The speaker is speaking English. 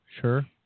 Sure